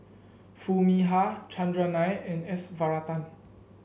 Foo Mee Har Chandran Nair and S Varathan